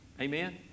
Amen